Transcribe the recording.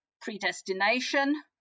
predestination